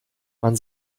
man